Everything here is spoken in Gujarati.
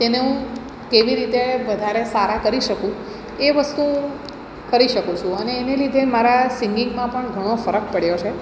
તેને હું કેવી રીતે વધારે સારા કરી શકું એ વસ્તુ હું કરી શકું છું અને એને લીધે મારા સિંગિંગમાં પણ ઘણો ફરક પડ્યો છે